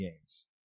games